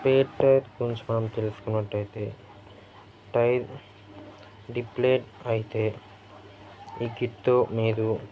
spare tyre గురించి మనం తెలుసుకున్నట్టయితే టైర్ డీఫ్లేట్ అయితే ఈ కిట్తో మీరు